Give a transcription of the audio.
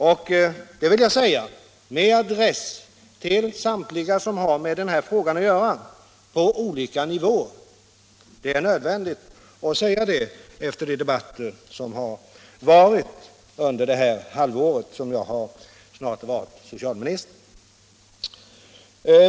Detta vill jag säga med adress till samtliga som har med den här frågan att göra, på olika nivåer. Det är nödvändigt efter de debatter som förts under den tid av nära ett halvår som jag varit socialminister.